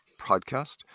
podcast